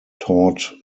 taught